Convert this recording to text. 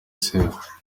sefu